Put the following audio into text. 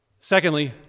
Secondly